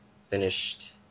finished